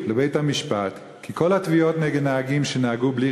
לבית-המשפט כי כל התביעות נגד נהגים שנהגו בלי